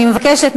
אני מבקשת,